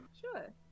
Sure